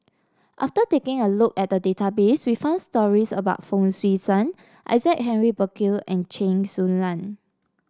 after taking a look at the database we found stories about Fong Swee Suan Isaac Henry Burkill and Chen Su Lan